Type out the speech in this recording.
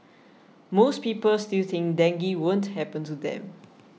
most people still think dengue won't happen to them